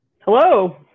Hello